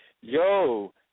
Yo